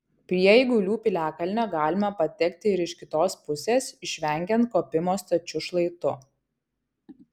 prie eigulių piliakalnio galima patekti ir iš kitos pusės išvengiant kopimo stačiu šlaitu